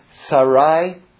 Sarai